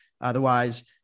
Otherwise